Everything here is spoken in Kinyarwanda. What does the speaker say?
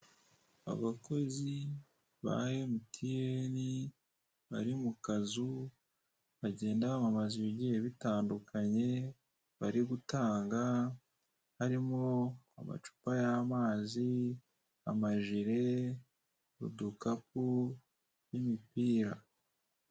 Abakozi ba MTN bari mu kazu bagenda bamamaza ibigiye bitandukanye bari gutanga harimo amacupa y'amazi, amajire, udukapu n'imipira.